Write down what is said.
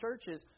churches